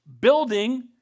building